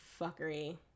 fuckery